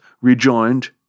rejoined